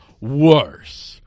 Worse